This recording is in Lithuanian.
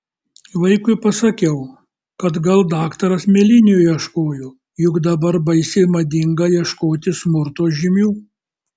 vaikui pasakiau kad gal daktaras mėlynių ieškojo juk dabar baisiai madinga ieškoti smurto žymių